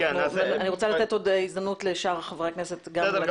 אני רוצה לתת עוד הזדמנות לשאר חברי הכנסת גם להגיד כמה דברים.